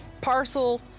parcel